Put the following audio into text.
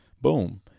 boom